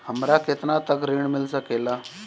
हमरा केतना तक ऋण मिल सके ला?